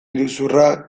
iruzurra